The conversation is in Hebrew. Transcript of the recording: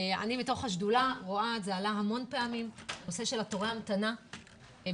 אני מתוך השדולה רואה, הנושא של תורי ההמתנה עלה